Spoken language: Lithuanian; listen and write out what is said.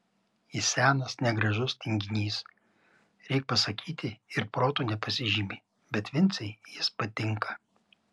jis senas negražus tinginys reik pasakyti ir protu nepasižymi bet vincei jis patinka